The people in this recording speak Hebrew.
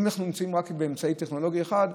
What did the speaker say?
אם אנחנו נמצאים רק באמצעי טכנולוגי אחד,